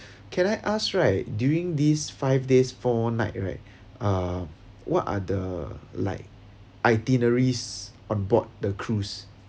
can I ask right during these five days four nights right uh what are the like itineraries on board the cruise